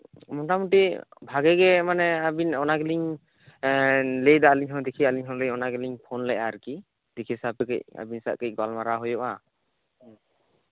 ᱢᱳᱴᱟᱢᱩᱴᱤ ᱵᱷᱟᱜᱮ ᱜᱮ ᱢᱟᱱᱮ ᱟᱵᱤᱱ ᱚᱱᱟ ᱜᱮᱞᱤᱝ ᱞᱟᱹᱭᱫᱟ ᱚᱱᱟ ᱞᱟᱹᱜᱤᱫ ᱜᱮᱞᱤᱧ ᱯᱷᱳᱱ ᱞᱮᱫᱟ ᱟᱨᱠᱤ ᱟᱵᱤᱱ ᱥᱟᱶᱛᱮ ᱠᱟᱹᱡ ᱜᱟᱞᱢᱟᱨᱟᱣ ᱦᱩᱭᱩᱜᱼᱟ